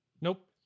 Nope